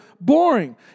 boring